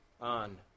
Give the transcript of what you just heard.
on